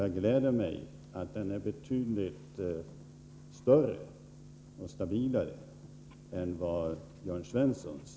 Det gläder mig att min väljarkår är betydligt större och stabilare än Jörn Svenssons.